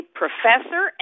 professor